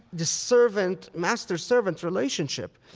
the master-servant master-servant relationship,